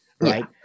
right